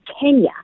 Kenya